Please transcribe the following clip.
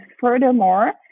furthermore